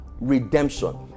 redemption